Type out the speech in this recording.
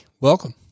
welcome